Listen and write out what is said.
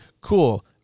cool